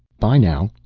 by now.